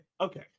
okay